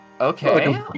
okay